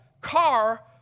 car